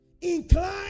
incline